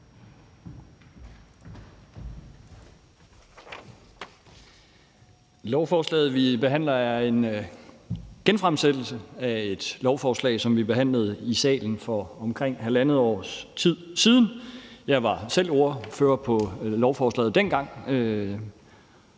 Lovforslaget, vi behandler, er en genfremsættelse af et lovforslag, som vi behandlede i salen for halvandet års tid siden. Jeg var selv ordfører på lovforslaget dengang,